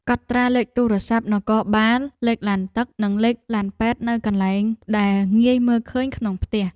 កត់ត្រាលេខទូរស័ព្ទនគរបាលលេខឡានទឹកនិងលេខឡានពេទ្យនៅកន្លែងដែលងាយមើលឃើញក្នុងផ្ទះ។